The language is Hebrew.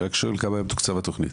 אני רק שואל כמה היה מתוקצב התוכנית?